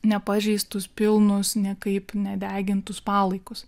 nepažeistus pilnus niekaip nedegintus palaikus